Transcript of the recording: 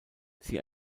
sie